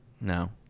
No